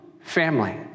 family